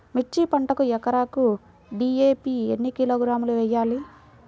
మిర్చి పంటకు ఎకరాకు డీ.ఏ.పీ ఎన్ని కిలోగ్రాములు వేయాలి?